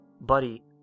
Buddy